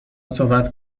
صحبت